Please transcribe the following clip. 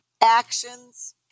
actions